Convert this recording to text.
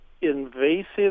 invasive